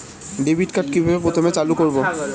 Debit card কিভাবে প্রথমে চালু করব?